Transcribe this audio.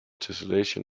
tesselation